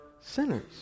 sinners